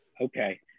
Okay